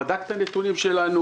הוא בדק את הנתונים שלנו,